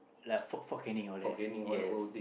like Fort Fort-Canning all that yes